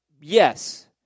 Yes